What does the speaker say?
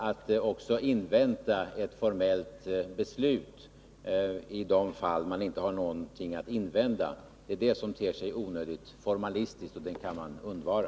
Att invänta ett formellt beslut också i de fall man inte har någonting att invända ter sig onödigt formalistiskt — det kan man undvara.